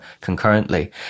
concurrently